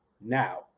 Now